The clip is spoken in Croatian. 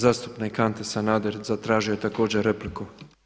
Zastupnik Ante Sanader zatražio je također repliku.